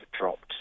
dropped